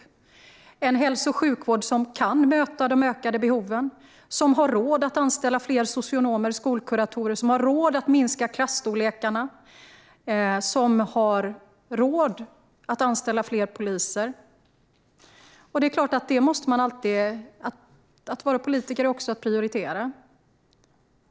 Det handlar om en hälso och sjukvård som kan möta de ökade behoven och som har råd att anställa fler socionomer och skolkuratorer. Det handlar om att satsa på ett samhälle som har råd att minska klasstorlekarna och som har råd att anställa fler poliser. Att vara politiker är också att prioritera.